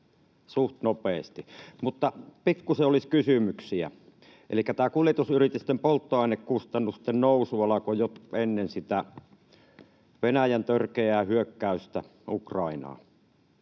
suht nopeasti. Mutta pikkuisen olisi kysymyksiä. Elikkä tämä kuljetusyritysten polttoainekustannusten nousu alkoi jo ennen Venäjän törkeää hyökkäystä Ukrainaan,